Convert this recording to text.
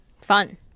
Fun